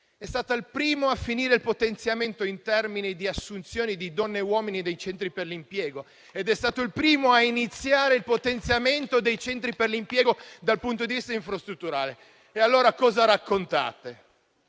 è stata la prima a finire il potenziamento in termini di assunzione di donne e uomini nei centri per l'impiego ed è stata la prima a iniziare il potenziamento dei centri per l'impiego dal punto di vista infrastrutturale. E allora cosa raccontate?